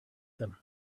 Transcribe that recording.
them